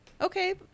Okay